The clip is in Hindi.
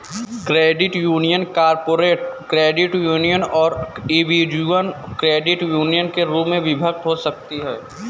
credit union corporate credit union और इंडिविजुअल क्रेडिट यूनियन के रूप में विभक्त हो सकती हैं